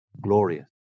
glorious